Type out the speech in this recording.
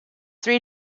three